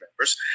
members